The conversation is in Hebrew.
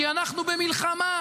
כי אנחנו במלחמה.